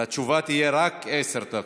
התשובה תהיה רק עשר דקות.